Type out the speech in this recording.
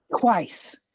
twice